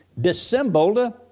dissembled